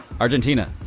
Argentina